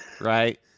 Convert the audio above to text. Right